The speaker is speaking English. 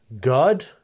God